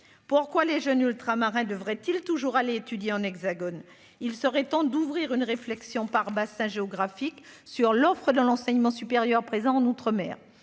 Pourquoi les jeunes Ultramarins devraient-ils toujours aller étudier dans l'Hexagone ? Il est temps d'ouvrir une réflexion par bassin géographique sur l'offre d'enseignement supérieur présente en outre-mer.